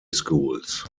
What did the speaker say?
schools